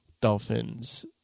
Dolphins